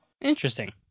Interesting